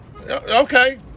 Okay